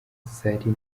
zari